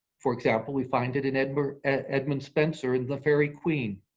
for example, we find it in edmund edmund spencer's the fairie queen.